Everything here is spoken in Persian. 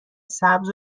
سبز